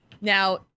Now